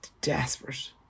desperate